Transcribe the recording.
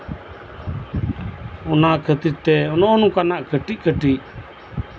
ᱚᱱᱟ ᱠᱷᱟᱹᱛᱤᱨ ᱛᱮ ᱱᱚᱜᱼᱚ ᱱᱚᱝᱠᱟᱱᱟᱜ ᱠᱟᱹᱴᱤᱡ ᱠᱟᱹᱴᱤᱡ